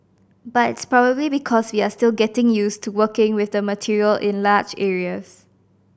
but it's probably because we are still getting used to working with the material in large areas